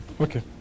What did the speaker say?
Okay